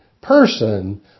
person